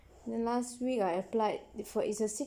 then last week I applied before it's a